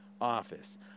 office